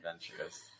adventurous